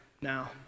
now